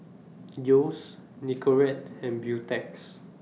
Yeo's Nicorette and Beautex